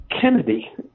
Kennedy